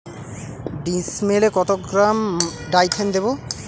ডিস্মেলে কত gram Dithane দেবো?